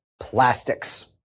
Plastics